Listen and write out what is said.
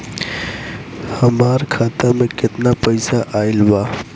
हमार खाता मे केतना पईसा आइल बा?